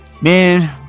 Man